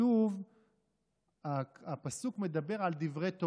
הפסוק מדבר על דברי תורה.